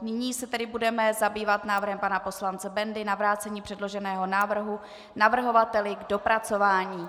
Nyní se tedy budeme zabývat návrhem pana poslance Bendy na vrácení předloženého návrhu navrhovateli k dopracování.